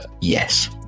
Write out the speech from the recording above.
Yes